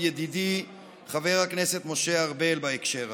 ידידי חבר הכנסת משה ארבל בהקשר הזה.